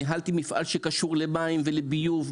ניהלתי מפעל שקשור למים ולביוב,